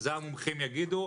זה המומחים יגידו,